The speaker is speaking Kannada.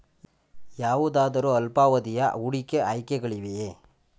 ಯಾವುದಾದರು ಅಲ್ಪಾವಧಿಯ ಹೂಡಿಕೆ ಆಯ್ಕೆಗಳಿವೆಯೇ?